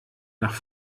nach